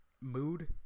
mood